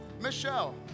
Michelle